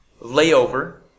layover